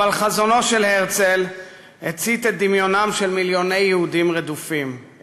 אבל חזונו של הרצל הצית את דמיונם של מיליוני יהודים רדופים,